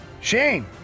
Shane